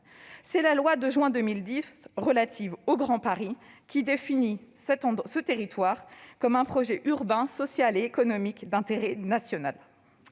C'est la loi de juin 2010, relative au Grand Paris, qui définit ce territoire comme « un projet urbain, social et économique d'intérêt national